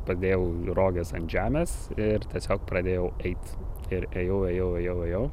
padėjau į roges ant žemės ir tiesiog pradėjau eit ir ėjau ejau ėjau ėjau